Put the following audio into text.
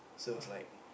so was like